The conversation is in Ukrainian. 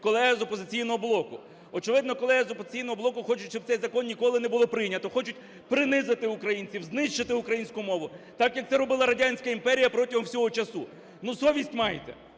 колеги з "Опозиційного блоку" хочуть, щоб цей закон ніколи не було прийнято, хочуть принизити українців, знищити українську мову, так, як це робила радянська імперія протягом всього часу. Совість майте!